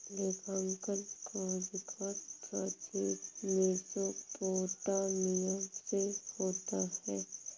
लेखांकन का विकास प्राचीन मेसोपोटामिया से होता है